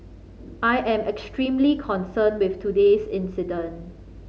I am extremely concerned with today's incident